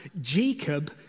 Jacob